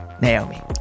Naomi